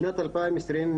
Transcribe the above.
בשנת 2021,